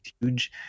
huge